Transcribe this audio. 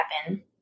happen